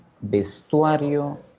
vestuario